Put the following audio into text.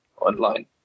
online